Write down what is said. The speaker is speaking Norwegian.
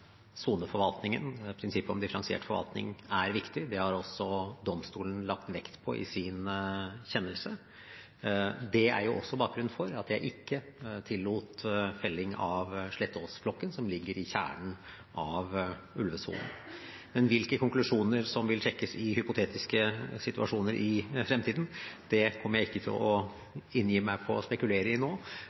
soneforvaltningen, prinsippet om differensiert forvaltning, er viktig. Det har altså domstolen lagt vekt på i sin kjennelse. Det er også bakgrunnen for at jeg ikke tillot felling av Slettåsflokken, som ligger i kjernen av ulvesonen. Men hvilke konklusjoner som vil trekkes i hypotetiske situasjoner i fremtiden, kommer jeg ikke til å inngi meg på å spekulere i nå.